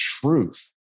truth